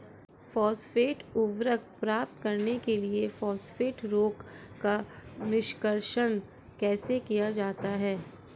Phosphate उर्वरक प्राप्त करने के लिए फॉस्फेट रॉक का निष्कर्षण कैसे किया जाता है?